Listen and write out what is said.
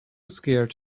scared